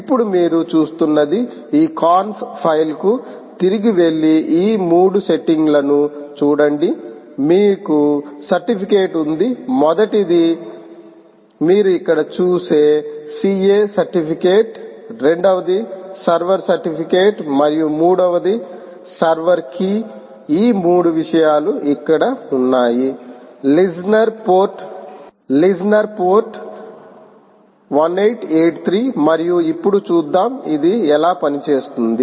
ఇప్పుడు మీరు చేస్తున్నది ఈ కాన్ ఫైలుకు తిరిగి వెళ్లి ఈ 3 సెట్టింగులను చూడండి మీకు సర్టిఫికెట్ ఉంది మొదటిది మీరు ఇక్కడ చూసే ca సర్టిఫికెట్ రెండవది సర్వర్ సర్టిఫికెట్ మరియు మూడవది సర్వర్ కీ ఈ 3 విషయాలు ఇక్కడ ఉన్నాయి లిస్ట్నర్ పోర్ట్ 1883 మరియు ఇప్పుడు చూద్దాం ఇది ఎలా పనిచేస్తుంది